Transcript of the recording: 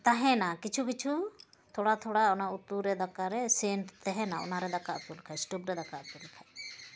ᱛᱟᱦᱮᱱᱟ ᱠᱤᱪᱷᱩ ᱠᱤᱪᱷᱩ ᱛᱷᱚᱲᱟ ᱛᱷᱚᱲᱟ ᱚᱱᱟ ᱩᱛᱩᱨᱮ ᱫᱟᱠᱟᱨᱮ ᱥᱮᱱᱴ ᱛᱟᱦᱮᱱᱟ ᱚᱱᱟᱨᱮ ᱫᱟᱠᱟ ᱩᱛᱩ ᱞᱮᱠᱷᱟᱱ ᱥᱴᱳᱵᱷ ᱨᱮ ᱫᱟᱠᱟ ᱩᱛᱩ ᱞᱮᱠᱷᱟᱱ